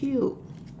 cute